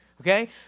okay